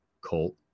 Colt